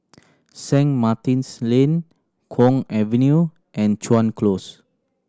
Saint Martin's Lane Kwong Avenue and Chuan Close